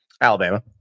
Alabama